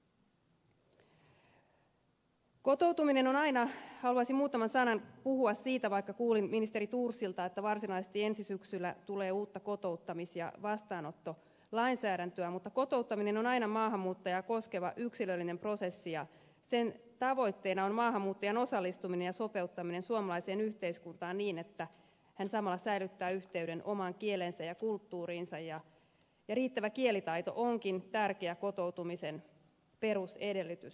kotoutuminen on aina haluaisin muutaman sanan puhua siitä vaikka kuulin ministeri thorsilta että varsinaisesti ensi syksynä tulee uutta kotouttamis ja vastaanotto lainsäädäntöä mutta kotouttaminen on vastaanottolainsäädäntöä maahanmuuttajaa koskeva yksilöllinen prosessi ja sen tavoitteena on maahanmuuttajan osallistuminen ja sopeuttaminen suomalaiseen yhteiskuntaan niin että hän samalla säilyttää yhteyden omaan kieleensä ja kulttuuriinsa ja riittävä kielitaito onkin tärkeä kotoutumisen perusedellytys